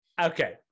Okay